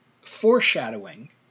foreshadowing